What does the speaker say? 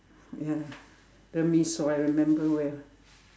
ya the mee-sua I remember where